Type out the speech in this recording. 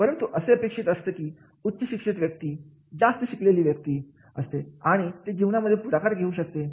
परंतु असं अपेक्षित असतं की उच्च शिक्षित व्यक्ती जास्त शिकलेली असते आणि ते जीवनामध्ये पुढाकार घेऊ शकते